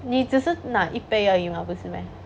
你只是拿一杯而已嘛不是 meh